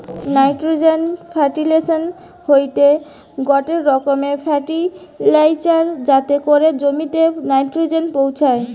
nitrogen ফার্টিলিসের হতিছে গটে রকমের ফার্টিলাইজার যাতে করি জমিতে নাইট্রোজেন পৌঁছায়